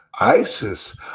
ISIS